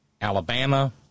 Alabama